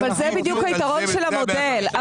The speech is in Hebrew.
אבל זה בדיוק היתרון של המודל.